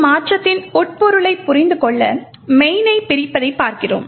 இந்த மாற்றத்தின் உட்பொருளைப் புரிந்து கொள்ள main னை பிரிப்பதைப் பார்க்கிறோம்